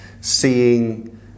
seeing